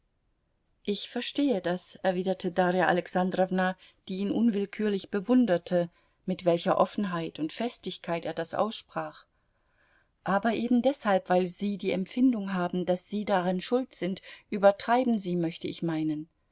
ich verstehe das erwiderte darja alexandrowna die ihn unwillkürlich bewunderte mit welcher offenheit und festigkeit er das aussprach aber ebendeshalb weil sie die empfindung haben daß sie daran schuld sind übertreiben sie möchte ich meinen